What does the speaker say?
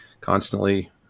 constantly